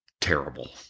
terrible